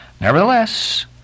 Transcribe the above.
Nevertheless